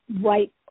right